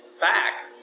back